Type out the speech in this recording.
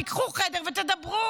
תיקחו חדר ותדברו.